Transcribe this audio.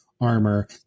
Armor